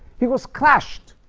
he was crushed